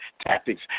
tactics